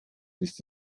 ist